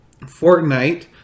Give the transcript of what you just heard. Fortnite